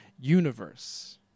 universe